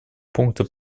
пункта